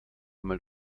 einmal